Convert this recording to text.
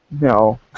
No